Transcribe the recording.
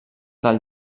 del